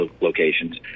locations